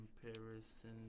comparison